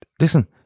listen